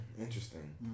Interesting